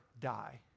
die